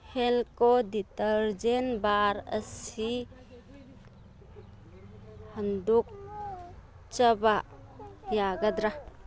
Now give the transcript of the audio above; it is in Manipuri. ꯍꯦꯜꯀꯣ ꯗꯤꯇꯔꯖꯦꯟ ꯕꯥꯔ ꯑꯁꯤ ꯍꯟꯗꯣꯛꯆꯕ ꯌꯥꯒꯗ꯭ꯔ